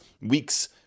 week's